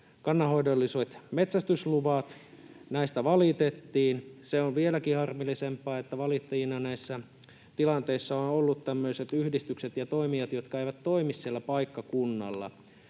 kannanhoidolliset metsästysluvat. Näistä valitettiin. Se on vieläkin harmillisempaa, että valittajina näissä tilanteissa ovat olleet yhdistykset ja toimijat, jotka eivät toimi siellä paikkakunnalla,